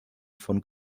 von